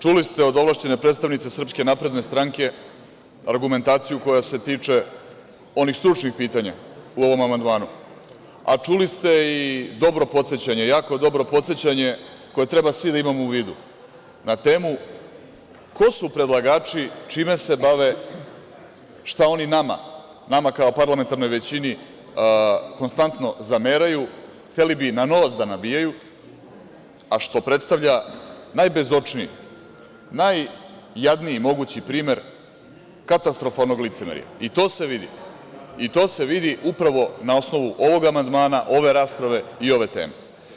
Čuli ste od ovlašćene predstavnice SNS, argumentaciju koja se tiče onih stručnih pitanja u ovom amandmanu, a čuli ste i dobro podsećanje, jako dobro podsećanje koje treba svi da imamo u vidu na temu ko su predlagači i čime se bave, šta oni nama kao parlamentarnoj većini konstantno zameraju, hteli bi na nos da nabijaju, a što predstavlja najbezočniji, najjadniji mogući primer katastrofalnog licemerja i to se vidi upravo na osnovu ovog amandmana, ove rasprave i ove teme.